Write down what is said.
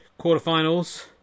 quarterfinals